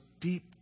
deep